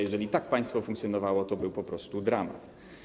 Jeżeli tak państwo funkcjonowało, to był po prostu dramat.